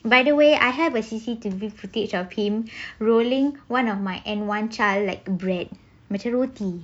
by the way I have a C_C_T_V footage of him rolling one of my end one child like a bread macam roti